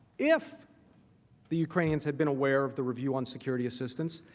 if the ukrainians have been aware of the review on security assistance,